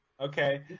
okay